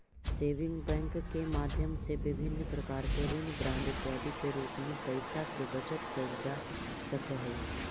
saving bank के माध्यम से विभिन्न प्रकार के ऋण बांड इत्यादि के रूप में पैइसा के बचत कैल जा सकऽ हइ